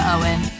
Owen